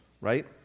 right